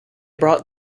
brought